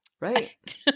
right